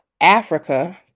Africa